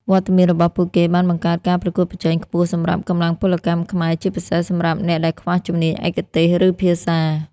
វត្តមានរបស់ពួកគេបានបង្កើតការប្រកួតប្រជែងខ្ពស់សម្រាប់កម្លាំងពលកម្មខ្មែរ ជាពិសេសសម្រាប់អ្នកដែលខ្វះជំនាញឯកទេស ឬភាសា។